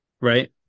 Right